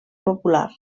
popular